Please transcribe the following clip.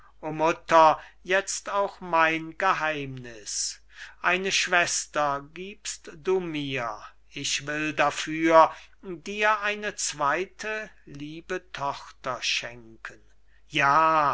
jetzt auch mein geheimniß eine schwester gibst du mir ich will dafür dir eine zweite liebe tochter schenken ja